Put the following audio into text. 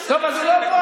טוב, אז הוא לא פה.